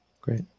Great